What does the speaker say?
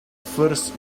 first